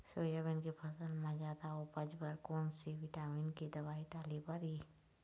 Soybean के फसल म जादा उपज बर कोन से विटामिन के दवई डाले बर ये?